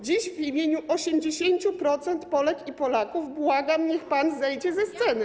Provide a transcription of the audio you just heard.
Dziś w imieniu 80% Polek i Polaków błagam, niech pan zejdzie ze sceny.